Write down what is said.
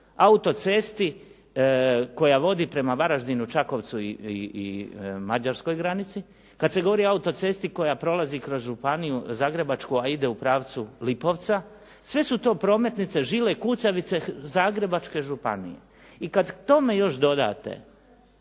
autocesti koja vodi prema Varaždinu, Čakovcu i Mađarskoj granici, kada se govori o autocesti koja prolazi kroz Zagrebačku županiju a ide u pravcu Lipovca. Sve su to prometnice žile kucavice Zagrebačke županije. I kada tome još dodate